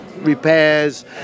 repairs